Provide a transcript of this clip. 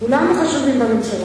כולנו חשובים בממשלה